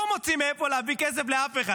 לא מוצאים מאיפה להביא כסף לאף אחד.